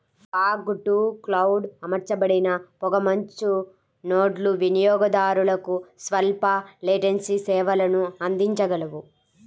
fog to cloud అమర్చబడిన పొగమంచు నోడ్లు వినియోగదారులకు స్వల్ప లేటెన్సీ సేవలను అందించగలవు